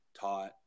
taught